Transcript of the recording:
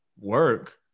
work